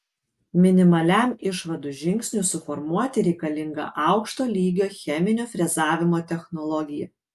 minimaliam išvadų žingsniui suformuoti reikalinga aukšto lygio cheminio frezavimo technologija